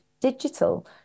digital